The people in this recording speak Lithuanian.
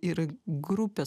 ir grupes